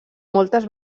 moltes